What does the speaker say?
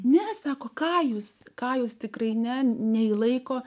nes teko kajus kajus tikrai ne nei laiko